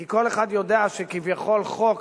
כי כל אחד יודע שכביכול חוק,